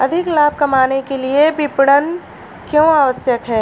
अधिक लाभ कमाने के लिए विपणन क्यो आवश्यक है?